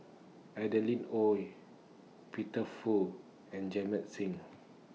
Adeline Ooi Peter Fu and Jamit Singh